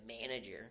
manager